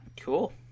cool